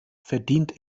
verdient